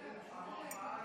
בעד,